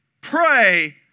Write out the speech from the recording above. Pray